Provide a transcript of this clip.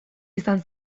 izan